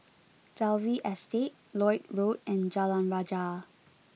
Dalvey Estate Lloyd Road and Jalan Rajah